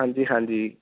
ਹਾਂਜੀ ਹਾਂਜੀ